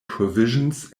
provisions